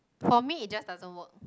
for me it just doesn't work